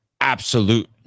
absolute